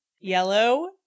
Yellow